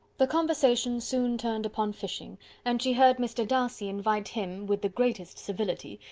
the conversation soon turned upon fishing and she heard mr. darcy invite him, with the greatest civility,